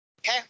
Okay